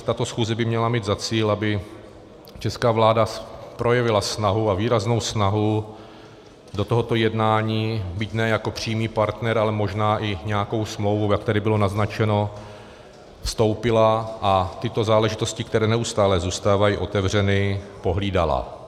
Tato schůze by měla mít za cíl, aby česká vláda projevila snahu, a výraznou snahu, do tohoto jednání byť ne jako přímý partner, ale možná i nějakou smlouvu, jak tady bylo naznačeno, vstoupila a tyto záležitosti, které neustále zůstávají otevřeny, pohlídala.